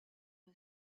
his